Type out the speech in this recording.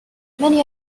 many